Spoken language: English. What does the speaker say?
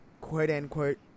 quote-unquote